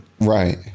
Right